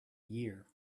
year